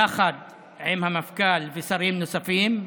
יחד עם המפכ"ל ושרים נוספים,